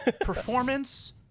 performance